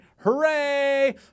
Hooray